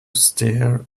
stare